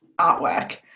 artwork